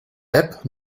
app